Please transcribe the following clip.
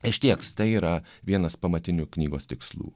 ištieks tai yra vienas pamatinių knygos tikslų